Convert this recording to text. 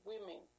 women